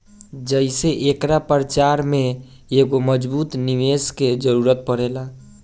जेइसे एकरा प्रचार में एगो मजबूत निवेस के जरुरत पड़ेला